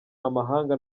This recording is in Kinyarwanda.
amahanga